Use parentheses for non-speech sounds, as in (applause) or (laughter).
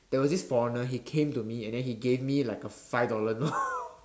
there was this foreigner he came to me and then he gave me like a five dollar note (laughs)